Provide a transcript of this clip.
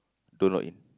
don't log in